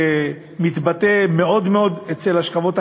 שמתבטא מאוד מאוד אצל השכבות החלשות,